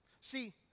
See